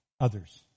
others